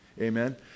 Amen